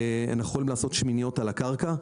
אנחנו יכולים לעשות שמיניות על הקרקע.